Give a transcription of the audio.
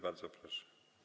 Bardzo proszę.